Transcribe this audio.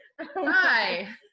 Hi